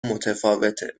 متفاوته